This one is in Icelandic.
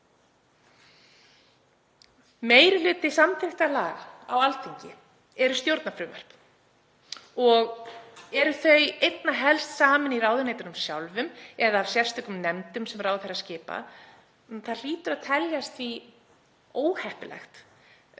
Meiri hluti samþykktra laga á Alþingi eru stjórnarfrumvörp og eru þau einna helst samin í ráðuneytunum sjálfum eða sérstökum nefndum sem ráðherrar skipa. Það hlýtur að teljast óheppilegt